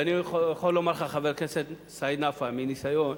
ואני יכול לומר לך, חבר הכנסת סעיד נפאע, מניסיון,